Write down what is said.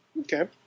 Okay